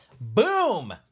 Boom